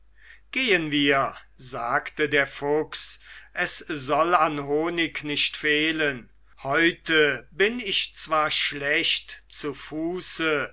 gehen wir sagte der fuchs es soll an honig nicht fehlen heute bin ich zwar schlecht zu fuße